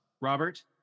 Robert